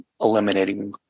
eliminating